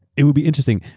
it would be interesting.